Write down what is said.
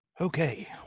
Okay